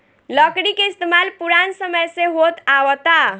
लकड़ी के इस्तमाल पुरान समय से होत आवता